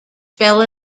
fell